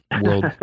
World